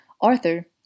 Arthur